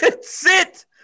Sit